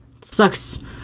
Sucks